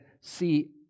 see